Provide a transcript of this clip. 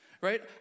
right